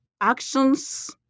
actions